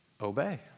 Obey